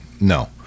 no